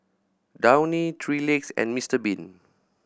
Downy Three Legs and Mister Bean